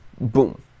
boom